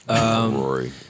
Rory